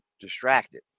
distracted